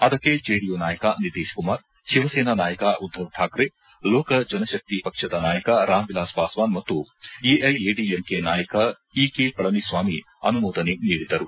ಅದಕ್ಕೆ ಜೆಡಿಯು ನಾಯಕ ನಿತೀಶ್ ಕುಮಾರ್ ಶಿವಸೇನಾ ನಾಯಕ ಉದ್ದವ್ ಠಾಕ್ರ ಲೋಕ ಜನಶಕ್ತಿ ಪಕ್ಷದ ನಾಯಕ ರಾಮ್ವಿಲಾಸ್ ಪಾಸ್ವಾನ್ ಮತ್ತು ಎಐಎಡಿಎಂಕೆ ನಾಯಕ ಇ ಕೆ ಪಳನಿಸ್ವಾಮಿ ಅನುಮೋದನೆ ನೀಡಿದರು